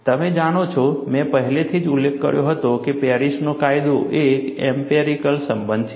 તમે જાણો છો મેં પહેલેથી જ ઉલ્લેખ કર્યો હતો કે પેરિસનો કાયદો એક એમ્પિરિકલ સંબંધ છે